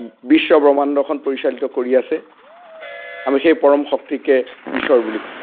বিশ্ব ব্ৰহ্মাণ্ডখন পৰিচালিত কৰি আছে আমি সেই পৰম শক্তিকে ঈশ্বৰ বুলি কওঁ